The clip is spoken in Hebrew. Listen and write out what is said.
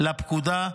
לפקודה,